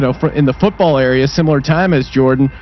know, free in the football area, a similar time as jordan,